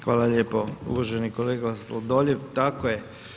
Hvala lijepo uvaženi kolega Sladoljev, tako je.